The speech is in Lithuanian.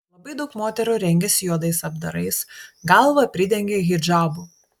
labai daug moterų rengiasi juodais apdarais galvą pridengia hidžabu